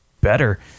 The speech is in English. better